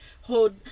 hold